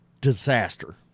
Disaster